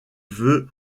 veut